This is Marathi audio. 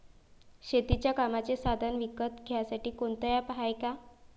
शेतीच्या कामाचे साधनं विकत घ्यासाठी कोनतं ॲप हाये का?